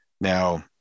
Now